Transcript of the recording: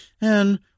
And